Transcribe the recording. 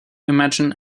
imagine